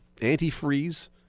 antifreeze